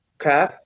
Okay